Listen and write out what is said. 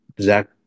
Zach